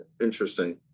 Interesting